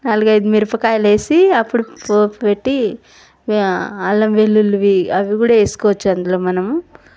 నాలుగైదు మిరపకాయలు వేసి అప్పుడు పోపు పెట్టి ఇక అల్లం వెల్లుల్లి అవి కూడా వేసుకోవచ్చు అందులో మనము